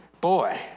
boy